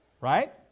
Right